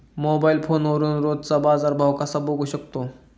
Mobile फोनवरून रोजचा बाजारभाव कसा बघू शकतो?